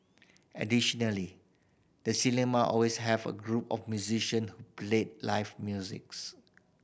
additionally the cinema always have a group of musician played live musics